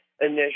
initial